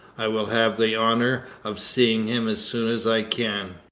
i will have the honour of seeing him as soon as i can.